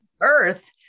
earth